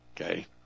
Okay